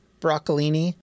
broccolini